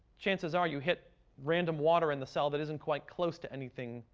chances are you hit random water in the cell that isn't quite close to anything,